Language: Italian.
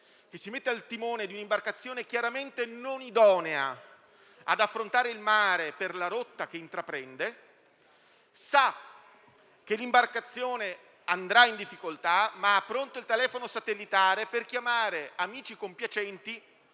che si mette al timone di un'imbarcazione non idonea ad affrontare il mare per la rotta che intraprende, sapendo che andrà incontro a delle difficoltà, ma avendo pronto il telefono satellitare per chiamare amici compiacenti